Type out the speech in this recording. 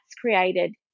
created